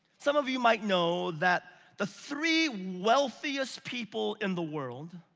some of you might know that the three wealthiest people in the world,